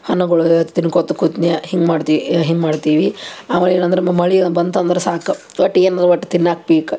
ಹಣ್ಣುಗಳು ತಿನ್ಕೋತಾ ಕೂತ್ನ್ಯಾ ಹಿಂಗೆ ಮಾಡ್ದಿ ಹಿಂಗೆ ಮಾಡ್ತೀವಿ ಅವಾಗ ಏನಂದರೆ ಮಳೆ ಬಂತಂದ್ರೆ ಸಾಕು ಒಟ್ಟು ಏನರ ಒಟ್ಟು ತಿನ್ನಕ್ಕ ಬೇಕು